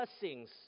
blessings